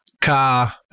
car